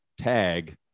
tag